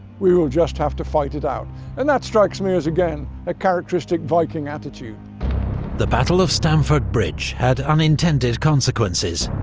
we will just have to fight it out and that strikes me as again a characteristic viking attitude the battle of stamford bridge had unintended consequences,